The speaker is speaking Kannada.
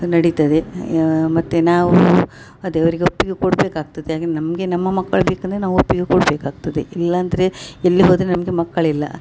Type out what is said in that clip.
ನಡಿತದೆ ಅಯ್ಯಾ ಮತ್ತು ನಾವು ಅದೆ ಅವರಿಗೆ ಒಪ್ಪಿಗೆ ಕೊಡಬೇಕಾಗ್ತದೆ ಹಾಗೆ ನಮಗೆ ನಮ್ಮ ಮಕ್ಕಳು ಬೇಕಂದರೆ ನಾವು ಒಪ್ಪಿಗೆ ಕೊಡಬೇಕಾಗ್ತದೆ ಇಲ್ಲಾಂದರೆ ಇಲ್ಲದೇ ಹೋದರೆ ನಮಗೆ ಮಕ್ಕಳಿಲ್ಲ